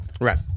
Right